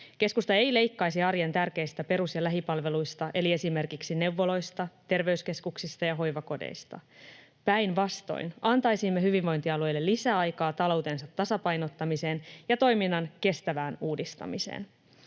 Keskusta ei leikkaisi arjen tärkeistä perus- ja lähipalveluista eli esimerkiksi neuvoloista, terveyskeskuksista ja hoivakodeista. Päinvastoin, antaisimme hyvinvointialueille lisäaikaa taloutensa tasapainottamiseen ja toiminnan kestävään uudistamiseen.